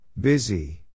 Busy